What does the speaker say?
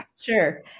Sure